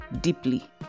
deeply